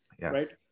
right